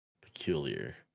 peculiar